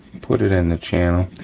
put it in the channel,